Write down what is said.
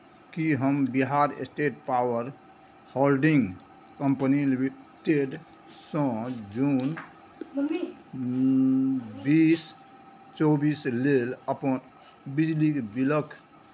की हम Bihar state power holding company लिमिटेडसँ जून बीस चौबीस लेल अपन बिजली बिलक